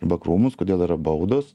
arba krūmus kodėl yra baudos